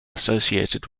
associated